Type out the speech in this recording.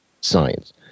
science